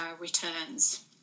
returns